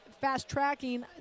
fast-tracking